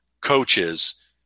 coaches